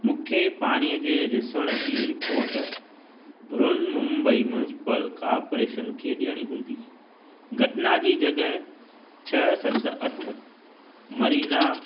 मूंखे पाणीह जे रिसनि जी रिपोट बिरुन मुम्बई म्यूनीसिपल कार्पोरेशन खे ॾियणी हूंदी घटना जी जॻह छह सत अठ मरीना